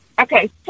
Okay